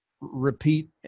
repeat